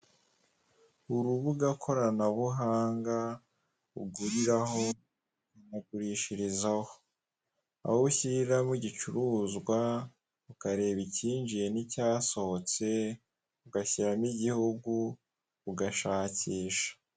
Urubuga koranabuhanga uguriraho ukanagurishirizaho aho ushyiramo igicuruzwa ukareba ikinjiye n'icyasohotse ugashyiramo igihugu ugashakisha.